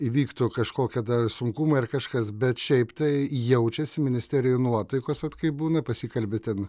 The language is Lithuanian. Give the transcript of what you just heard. įvyktų kažkokie dar sunkumai ar kažkas bet šiaip tai jaučiasi ministerijoj nuotaikos vat kai būna pasikalbi ten